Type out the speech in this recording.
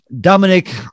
Dominic